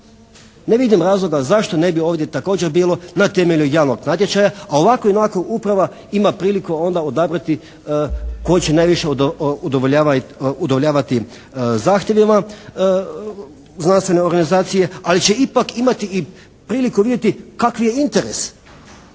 Ne vidim razloga zašto ne bi ovdje također bilo «na temelju javnog natječaja» a ovako i onako uprava ima priliku onda odabrati tko će najviše udovoljavati zahtjevima znanstvene organizacije ali će ipak imati i priliku vidjeti kakav je interes.